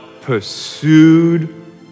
pursued